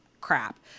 crap